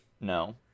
No